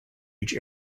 each